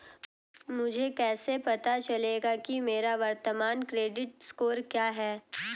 मुझे कैसे पता चलेगा कि मेरा वर्तमान क्रेडिट स्कोर क्या है?